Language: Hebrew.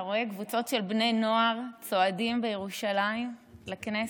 אתה רואה קבוצות של בני נוער צועדים בירושלים לכנסת?